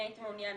עדיין מעוניין